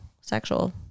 sexual